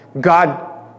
God